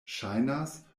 ŝajnas